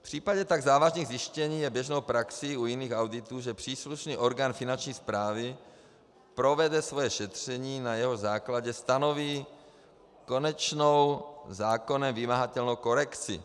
V případě tak závažných zjištění je běžnou praxí u jiných auditů, že příslušný orgán finanční správy provede svoje šetření, na jehož základě stanoví konečnou, zákonem vymahatelnou korekci.